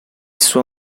suo